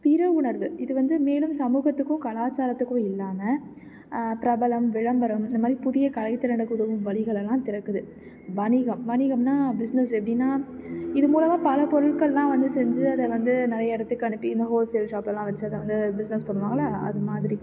பிற உணர்வு இது வந்து மேலும் சமூகத்துக்கும் கலாச்சாரத்துக்கும் இல்லாமல் பிரபலம் விளம்பரம் இந்த மாதிரி புதிய கலை திறனுக்கு உதவும் வழிகளெல்லாம் திறக்குது வணிகம் வணிகம்னால் பிஸ்னஸ் எப்படினா இது மூலமாக பல பொருள்களெல்லாம் வந்து செஞ்சு அதை வந்து நிறைய இடத்துக்கு அனுப்பி நுகர்வோர் சேவை ஷாப்லெல்லாம் வச்சு அதை வந்து பிஸ்னஸ் பண்ணுவாங்கள்லே அது மாதிரி